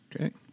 Okay